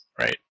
right